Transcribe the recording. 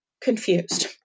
confused